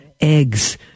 eggs